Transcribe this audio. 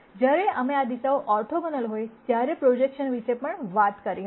જ્યારે અમે આ દિશાઓ ઓર્થોગોનલ હોય ત્યારે પ્રોજેકશન્સ વિશે પણ વાત કરી હતી